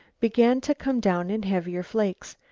began to come down in heavier flakes,